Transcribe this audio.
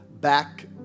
Back